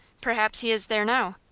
perhaps he is there now.